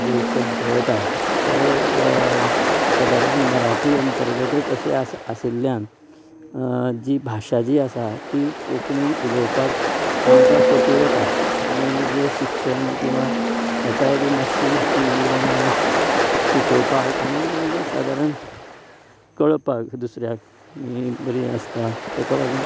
जे शब्द येता तें सादारण मराठी अंतर्गतच अशें आशिल्ल्यान जी भाशा जी आसा ती कोंकणी उलोवपाक आमकां सोंपी वता आनी जे शिक्षण किंवां हेकांय बी मात्शी शिकोवपाक आनी सादारण कळपाक दुसऱ्याक ही बरी आसता तेका लागून